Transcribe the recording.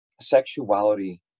sexuality